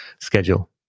schedule